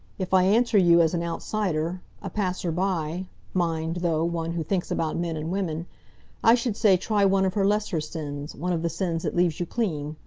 if i answer you as an outsider, a passer-by mind, though, one who thinks about men and women i should say try one of her lesser sins, one of the sins that leaves you clean.